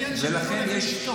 זה עניין של, ואשתו.